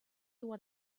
what